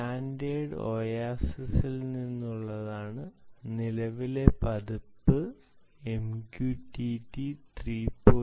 standard ഒയാസിസിൽ നിന്നുള്ളതാണ് നിലവിലെ പതിപ്പ് MQTT 3